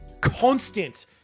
constant